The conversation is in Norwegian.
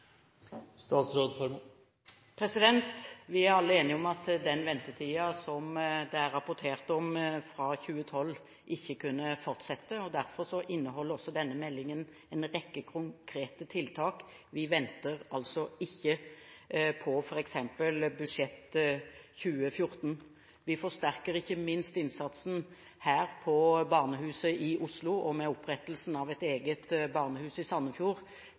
Vi er alle enige om at den ventetiden som det er rapportert om, fra 2012, ikke kunne fortsette. Derfor inneholder denne meldingen en rekke konkrete tiltak. Vi venter altså ikke på f.eks. budsjettet for 2014. Vi forsterker ikke minst innsatsen på barnehuset her i Oslo. Med opprettelsen av et eget barnehus i Sandefjord